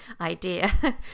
idea